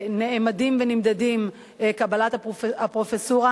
נאמדת ונמדדת קבלת הפרופסורה,